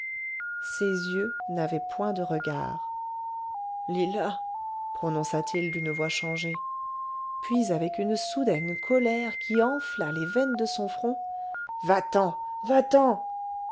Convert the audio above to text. ses yeux n'avaient point de regard lila prononça-t-il d'une voix changée puis avec une soudaine colère qui enfla les veines de son front va-t'en va-t'en